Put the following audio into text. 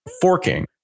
forking